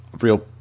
real